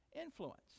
influence